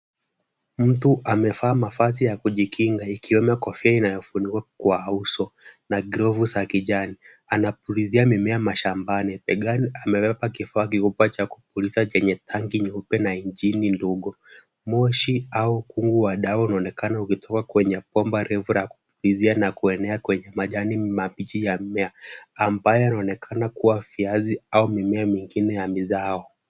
Mtu amevaa mavazi ya kujikinga ikiwemo kofia inayofunikwa kwa uso na glovu za kijani anapulizia mimea mashambani. Begani amebeba kifaa kikubwa cha kupuliza chenye tanki nyeupe na injini ndogo. Moshi au ua wa dawa unaonekana ukitoka kwenye bomba refu la kupulizia na kuenea kwenye majani mabichi ya mimea, ambayo yanaonekana kuwa viazi au mimea mingine ya mizao.